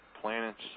planets